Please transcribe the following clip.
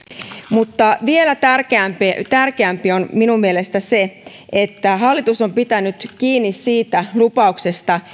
mutta vielä tärkeämpi tärkeämpi on minun mielestäni se että hallitus on pitänyt kiinni siitä lupauksesta